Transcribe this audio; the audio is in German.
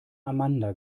amanda